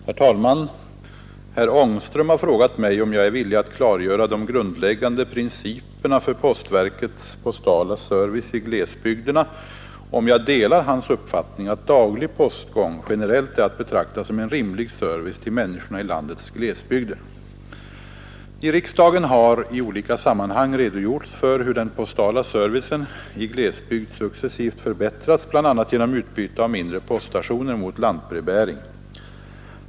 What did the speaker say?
Herr talman! Herr Ångström har frågat mig om jag är villig att klargöra de grundläggande principerna för postverkets postala service i glesbygderna och om jag delar hans uppfattning att daglig postgång generellt är att betrakta som en rimlig service till människorna i landets glesbygder. I riksdagen har i olika sammanhang redogjorts för hur den postala servicen i glesbygd successivt förbättrats bl.a. genom utbyte av mindre poststationer mot lantbrevbäring.